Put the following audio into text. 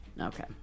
Okay